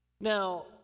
Now